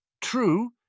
true